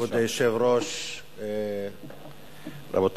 ה-40 של חוקי